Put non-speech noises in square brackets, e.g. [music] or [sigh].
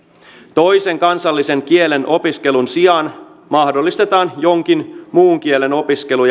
toisen kansallisen kielen opiskelun sijaan mahdollistetaan jonkin muun kielen opiskelu [unintelligible]